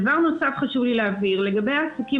דבר נוסף חשוב לי להבהיר לגבי העסקים